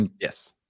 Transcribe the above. Yes